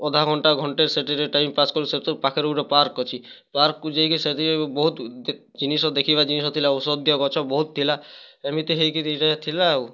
ଅଧା ଘଣ୍ଟା ଘଣ୍ଟେ ସେଥିରେ ଟାଇମ୍ ପାସ୍ କଲୁ ସେଇଟି ସବୁ ପାଖରେ ଗୋଟେ ପାର୍କ ଅଛି ପାର୍କକୁ ଯାଇକି ସେଠି ବହୁତ ଜିନିଷ ଦେଖିବା ଜିନିଷ ଥିଲା ଔଷଧୀୟ ଗଛ ବହୁତ ଥିଲା ଏମିତି ହେଇ କରି ରେ ଥିଲା ଆଉ